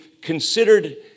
considered